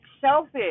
Selfish